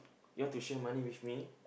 you want to share money with me